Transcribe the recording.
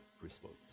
response